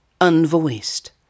unvoiced